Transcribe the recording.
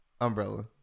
Umbrella